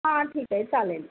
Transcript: हां ठीक आहे चालेल